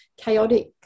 chaotic